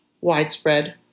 widespread